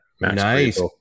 Nice